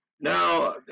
Now